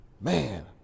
man